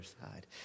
side